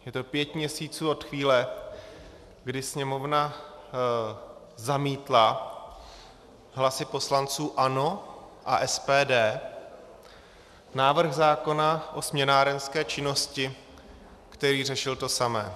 Je to pět měsíců od chvíle, kdy Sněmovna zamítla hlasy poslanců ANO a SPD návrh zákona o směnárenské činnosti, který řešil to samé.